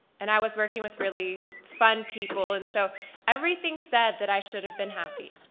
and i was working with really fun people and so everything said that i should have been happy.